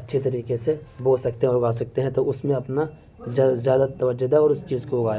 اچھے طریقے سے بو سکتے ہیں اگا سکتے ہیں تو اس میں اپنا زیادہ زیادہ توجہ دیں اور اس چیز کو اگائے